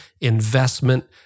investment